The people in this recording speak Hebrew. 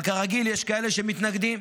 אבל כרגיל יש כאלה שמתנגדים.